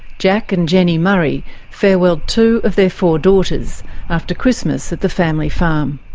jack and jenny murray farewelled two of their four daughters after christmas at the family farm.